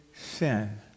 sin